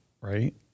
Right